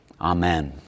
Amen